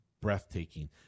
breathtaking